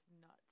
nuts